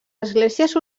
esglésies